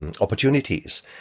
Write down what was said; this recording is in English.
opportunities